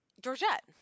Georgette